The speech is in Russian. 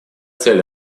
цель